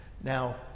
Now